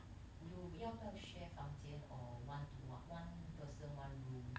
you 要不要 share 房间 or one to one one person one room